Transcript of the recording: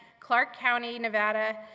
clark county nevada,